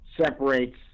separates